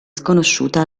sconosciuta